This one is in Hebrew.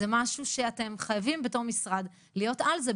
זה משהו שאתם חייבים בתור משרד להיות על זה,